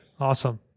awesome